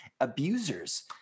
abusers